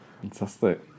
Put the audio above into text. Fantastic